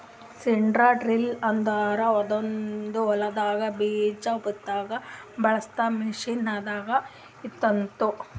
seed drill ಅಂದುರ್ ಅದೊಂದ್ ಹೊಲದಾಗ್ ಬೀಜ ಬಿತ್ತಾಗ್ ಬಳಸ ಮಷೀನ್ ದಾಗ್ ಇರ್ತ್ತುದ